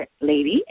Lady